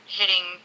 hitting